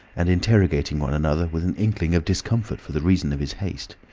and interrogating one another with an inkling of discomfort for the reason of his haste.